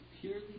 purely